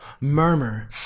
murmur